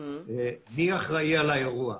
מי אחראי על האירוע,